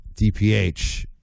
DPH